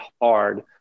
hard